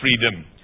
freedom